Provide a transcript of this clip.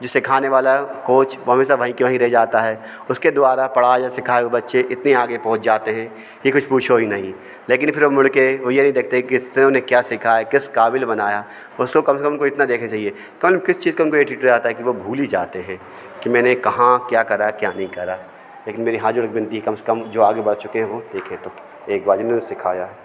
जो सिखाने वाला कोच वह हमेशा वहीं का वहीं रह जाता है उसके द्वारा पढ़ाया या सिखाया हुआ बच्चे इतनी आगे पहुँच जाते हैं कि कुछ पूछो हीं नहीं लेकिन फिर वे मुड़ के यही देखते हैं कि सेओ ने क्या सिखाया किस क़ाबिल बनाया उसको कम से कम कि इतना देखना चाहिए कौन किस चीज़ का उनको एटिटयू आ जाता है कि वए भूल ही जाते हैं कि मैंने कहाँ क्या करा क्या नहीं करा लेकिन मेरी हाथ जोड़ के विनती है कम से कम जो आगे बढ़ चुके हैं वए देखें तो बार जिन्होंने सिखाया